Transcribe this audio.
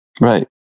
Right